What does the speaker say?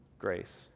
grace